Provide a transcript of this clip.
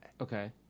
Okay